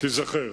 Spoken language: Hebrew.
תיזכר.